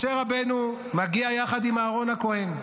משה רבנו מגיע יחד עם אהרן הכוהן,